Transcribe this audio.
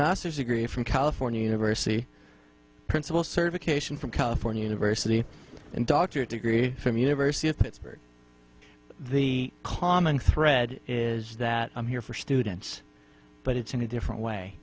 masters degree from california university principal survey cation from california diversity and doctorate degree from university of pittsburgh the common thread is that i'm here for students but it's in a different way